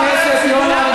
חבר הכנסת יונה,